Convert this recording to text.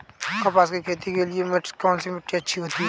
कपास की खेती के लिए कौन सी मिट्टी अच्छी होती है?